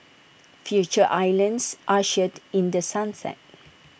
Future islands ushered in the sunset